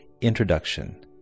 Introduction